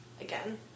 again